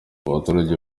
abaturage